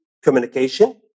communication